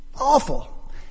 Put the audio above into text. Awful